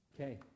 Okay